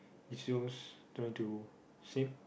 is yours trying to same